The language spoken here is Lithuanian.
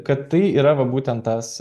kad tai yra va būtent tas